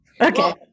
okay